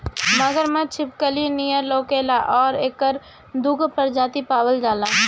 मगरमच्छ छिपकली नियर लउकेला आ एकर दूगो प्रजाति पावल जाला